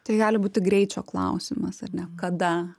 tai gali būti greičio klausimas ar ne kada